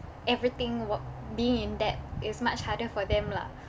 everything wh~ being in debt is much harder for them lah